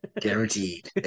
Guaranteed